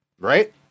Right